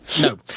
No